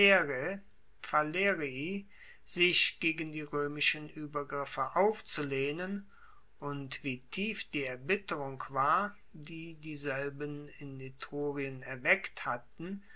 sich gegen die roemischen uebergriffe aufzulehnen und wie tief die erbitterung war die dieselben in etrurien erweckt hatten